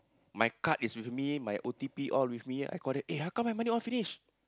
my card is with me my O_T_P all with me I call that eh how come my money all finish